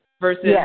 Versus